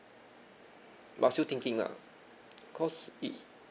but still thinking lah cause it